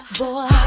boy